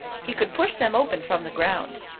he could push them open from the ground.